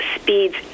speeds